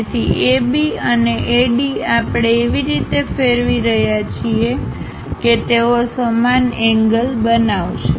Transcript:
તેથી AB અને AD આપણે એવી રીતે ફેરવી રહ્યા છીએ કે તેઓ સમાન એંગલ બનાવશે